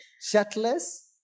shirtless